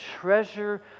treasure